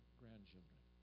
grandchildren